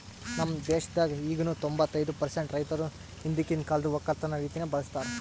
ನಮ್ ದೇಶದಾಗ್ ಈಗನು ತೊಂಬತ್ತೈದು ಪರ್ಸೆಂಟ್ ರೈತುರ್ ಹಿಂದಕಿಂದ್ ಕಾಲ್ದು ಒಕ್ಕಲತನ ರೀತಿನೆ ಬಳ್ಸತಾರ್